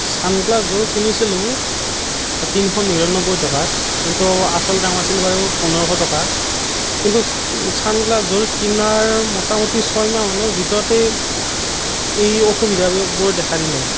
চানগ্লাছযোৰ কিনিছিলো তিনিশ নিৰান্নব্বৈ টকাত কিন্তু আচল দাম আছিল বাৰু পোন্ধৰশ টকা কিন্তু চানগ্লাছযোৰ কিনাৰ মোটামুটি ছয় মাহ মানৰ ভিতৰতেই এই অসুবিধাবোৰ দেখা দিলে